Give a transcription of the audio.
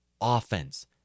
offense